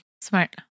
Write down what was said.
Smart